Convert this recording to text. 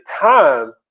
time